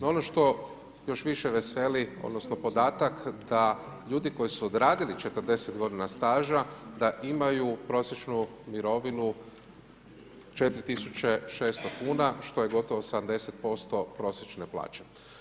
Ono što još više veseli, odnosno, podatak da ljudi koji su odradili 40 g. staža da imaju prosječnu mirovinu 4600 kn, što je gotovo 70% prosječne plaće.